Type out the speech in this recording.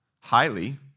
highly